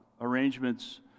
arrangements